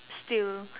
still